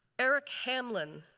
eric hamlin,